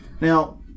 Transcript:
Now